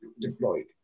deployed